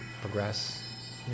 progress